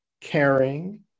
caring